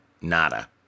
Nada